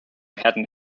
hadn’t